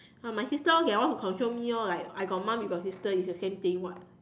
uh my sister orh they all want to control me orh like I got mum you got sister it's the same thing [what]